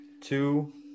two